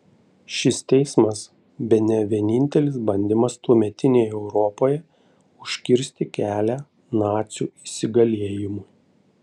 šis teismas bene vienintelis bandymas tuometinėje europoje užkirsti kelią nacių įsigalėjimui